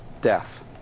death